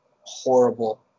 horrible